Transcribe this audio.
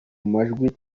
majwi